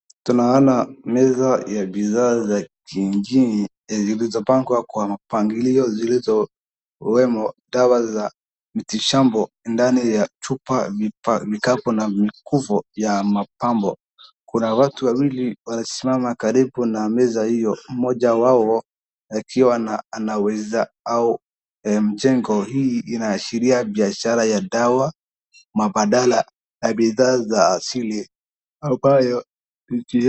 Tunaona meza ya bidhaa za jinjini zilizopangwa kwa mpangilio, zilizowemo dawa za miti shamba ndani ya chupa, vikapu na mifuko ya mapambo. Kuna watu wawili wamesimama karibu na meza hiyo, mmoja wao akiwa anauliza au mjengo, hii inaashiria biashara ya dawa, mabadala ya bidhaa za asili ambayo...